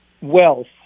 wealth